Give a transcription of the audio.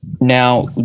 Now